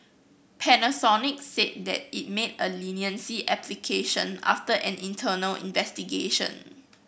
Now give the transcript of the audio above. Panasonic said that it made a leniency application after an internal investigation